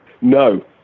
No